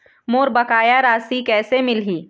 मोर बकाया राशि कैसे मिलही?